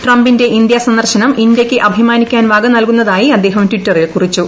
ട്രംപിന്റെ ഇന്ത്യാ സന്ദർശനം ഇന്ത്യയ്ക്ക് അഭിമാനിക്കാൻ വ്കനൽകുന്നതായി അദ്ദേഹം ട്വിറ്ററിൽ കുറിച്ചു